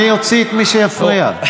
אוציא את מי שיפריע.